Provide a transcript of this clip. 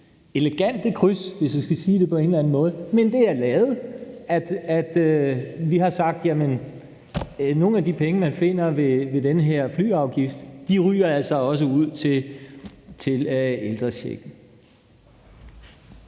elegante kryds, hvis jeg skal sige det på en eller anden måde – men det er lavet. Vi har sagt, at nogle af de penge, man finder ved den her flyafgift, ryger altså også ud til ældrechecken.